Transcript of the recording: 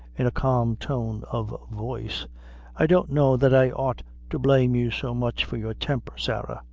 in a calm tone of voice i don't know that i ought to blame you so much for your temper, sarah.